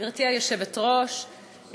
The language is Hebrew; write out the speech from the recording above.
גברתי היושבת-ראש,